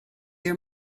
your